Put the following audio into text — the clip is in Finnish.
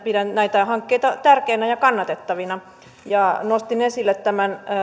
pidän näitä hankkeita tärkeinä ja kannatettavina nostin esille tämän